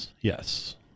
Yes